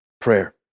prayer